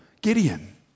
Gideon